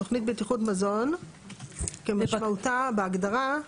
תוכנית בטיחות מזון כמשמעותה בהגדרה,